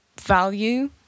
value